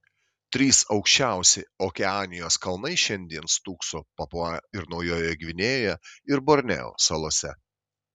trys aukščiausi okeanijos kalnai šiandien stūkso papua ir naujojoje gvinėjoje ir borneo salose